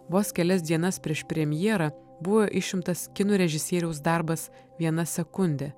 vos kelias dienas prieš premjerą buvo išimtas kino režisieriaus darbas viena sekunde